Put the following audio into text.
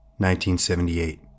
1978